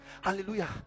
Hallelujah